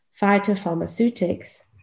phytopharmaceutics